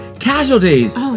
Casualties